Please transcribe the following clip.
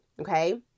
okay